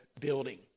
building